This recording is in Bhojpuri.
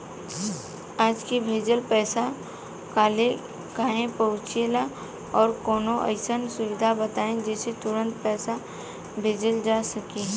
आज के भेजल पैसा कालहे काहे पहुचेला और कौनों अइसन सुविधा बताई जेसे तुरंते पैसा भेजल जा सके?